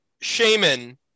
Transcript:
shaman